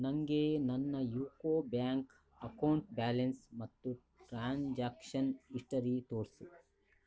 ನನಗೆ ನನ್ನ UCO bank account account balance ಮತ್ತು ಟ್ರಾಂಜ್ಯಾಕ್ಷನ್ ಇಸ್ಟರಿ ತೋರಿಸು